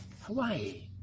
Hawaii